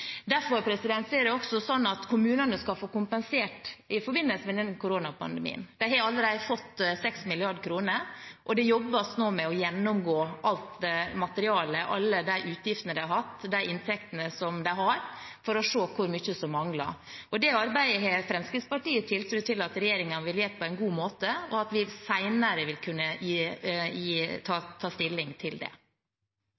Derfor skal kommunene få kompensert i forbindelse med koronapandemien. De har allerede fått 6 mrd. kr, og det jobbes nå med å gjennomgå alt materiale: alle utgiftene de har hatt og inntektene de har for å se hvor mye som mangler. Det arbeidet har Fremskrittspartiet tiltro til at regjeringen vil gjøre på en god måte, og at vi senere vil kunne